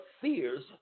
fears